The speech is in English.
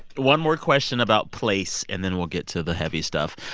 one more question about place, and then we'll get to the heavy stuff.